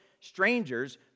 strangers